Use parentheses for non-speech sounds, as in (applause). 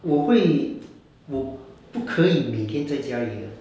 我会 (noise) 我不可以每天在家里的